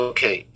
Okay